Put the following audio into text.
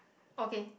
okay